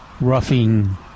roughing